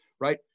right